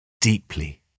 deeply